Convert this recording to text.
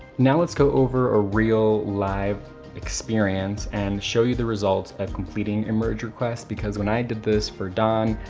now let's go over a real live experience and show you the results of completing a merge request because when i did this for dawn,